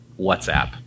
WhatsApp